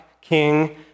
king